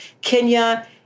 Kenya